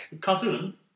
Cartoon